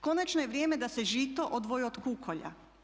Konačno je vrijeme da se žito odvoji od kukolja.